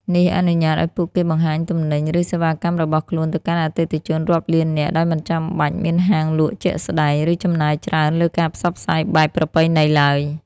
នេះអនុញ្ញាតឲ្យពួកគេបង្ហាញទំនិញ ឬសេវាកម្មរបស់ខ្លួនទៅកាន់អតិថិជនរាប់លាននាក់ ដោយមិនចាំបាច់មានហាងលក់ជាក់ស្តែង ឬចំណាយច្រើនលើការផ្សព្វផ្សាយបែបប្រពៃណីឡើយ។